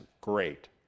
great